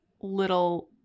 little